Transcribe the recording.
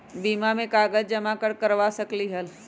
बीमा में कागज जमाकर करवा सकलीहल?